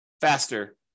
faster